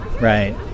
right